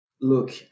Look